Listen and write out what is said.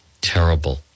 Terrible